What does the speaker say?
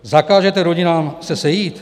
Zakážete rodinám se sejít?